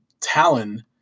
Talon